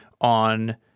on